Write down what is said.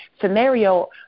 scenario